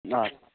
अँ